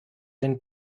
den